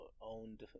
owned